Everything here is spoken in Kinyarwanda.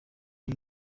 ari